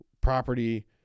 property